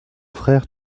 frère